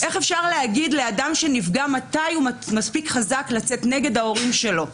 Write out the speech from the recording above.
איך אפשר להגיד לאדם שנפגע מתי הוא מספיק חזק לצאת נגד ההורים שלו?